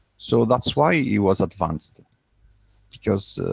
so that's why he was advanced, because,